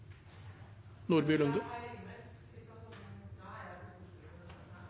Nordby Lunde.